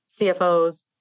CFOs